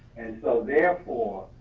and so therefore,